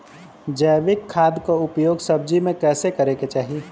जैविक खाद क उपयोग सब्जी में कैसे करे के चाही?